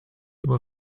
über